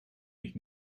mich